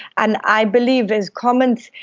and i believe his comments.